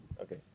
Okay